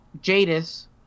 Jadis